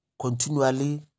continually